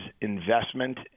investment